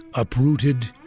uprooted,